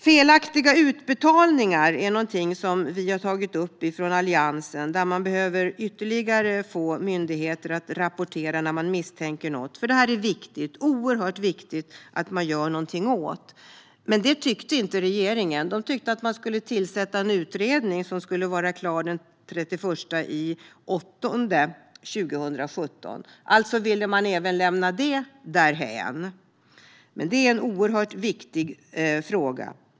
Felaktiga utbetalningar är någonting som vi i Alliansen har tagit upp. Man behöver få myndigheter att ytterligare rapportera när de misstänker något. Det är oerhört viktigt att man gör någonting åt detta. Men det tyckte inte regeringen. De tyckte att man skulle tillsätta en utredning som skulle vara klar den 31 augusti 2017. Man ville alltså även lämna det därhän. Men det är en oerhört viktig fråga.